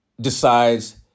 decides